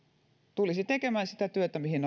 tulisi tekemään sitä työtä mihin